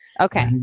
Okay